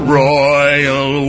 royal